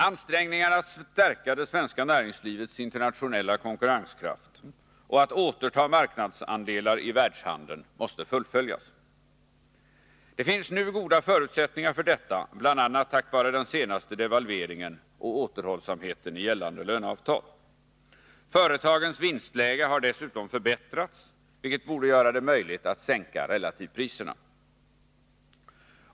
Ansträngningarna att stärka det svenska näringslivets internationella konkurrenskraft och att återta marknadsandelar i världshandeln måste fullföljas. Det finns nu goda förutsättningar för detta, bl.a. tack vare den senaste devalveringen och återhållsamheten i gällande löneavtal. Företagens vinstläge har dessutom förbättrats, vilket borde göra det möjligt att sänka relativpriserna.